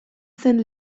zen